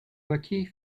baquets